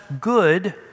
good